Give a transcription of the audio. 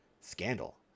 scandal